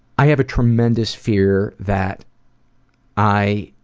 i have a tremendous fear that i